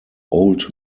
old